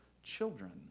children